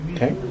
Okay